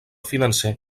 financer